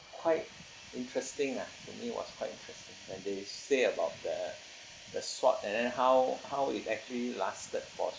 quite interesting ah for me was quite interesting and they say about the the sword and then how how it actually lasted for